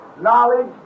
knowledge